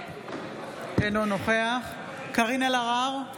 אינו נוכח קארין אלהרר,